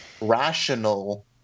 rational